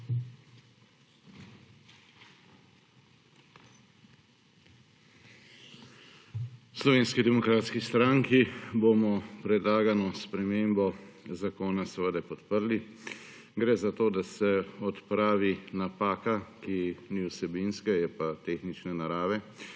V Slovenski demokratski stranki bomo predlagano spremembo zakona seveda podprli. Gre za to, da se odpravi napaka, ki ni vsebinske, je pa tehnične narave